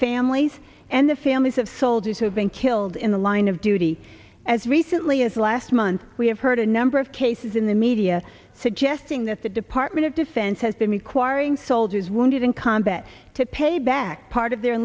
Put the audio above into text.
families and the families of soldiers who have been killed in the line of duty as recently as last month we have heard a number of cases in the media suggesting that the department of defense has been requiring soldiers wounded in combat to pay back part of their